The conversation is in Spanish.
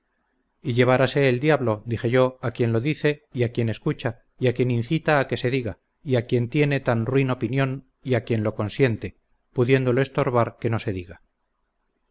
melancólicos y llevárase el diablo dije yo a quien lo dice y a quien escucha y a quien incita a que se diga y a quien tiene tan ruin opinión y a quien lo consiente pudiéndolo estorbar que no se diga